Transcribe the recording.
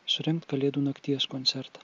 surengt kalėdų nakties koncertą